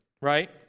right